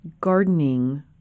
gardening